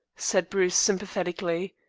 said bruce sympatherically,